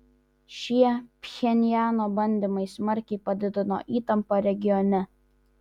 šie pchenjano bandymai smarkiai padidino įtampą regione